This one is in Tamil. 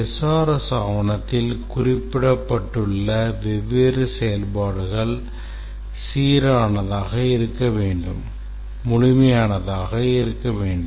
SRS ஆவணத்தில் குறிப்பிடப்பட்டுள்ள வெவ்வேறு செயல்பாடுகள் சீரானதாக இருக்க வேண்டும் முழுமையானதாக இருக்க வேண்டும்